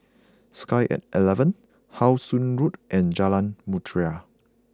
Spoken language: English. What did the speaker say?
Sky at eleven How Sun Road and Jalan Mutiara